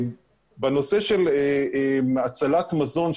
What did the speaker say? בנושא של הצלת מזון,